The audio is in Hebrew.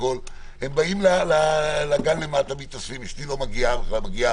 הם באים לגן למטה, מתאספים, אשתי לא מגיעה בכלל.